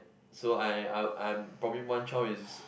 so I I will I'm probably one child is